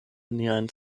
niajn